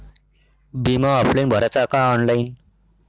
बिमा ऑफलाईन भराचा का ऑनलाईन?